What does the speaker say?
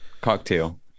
cocktail